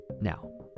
Now